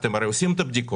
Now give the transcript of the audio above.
אתם הרי עושים את הבדיקות.